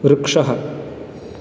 वृक्षः